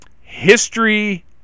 history